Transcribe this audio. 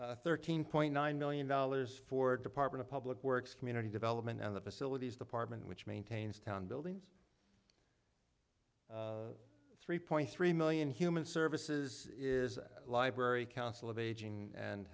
before thirteen point nine million dollars for department of public works community development and the facilities department which maintains town buildings three point three million human services is a library council of aging and